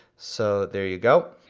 so there you go.